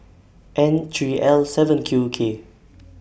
N three L seven Q K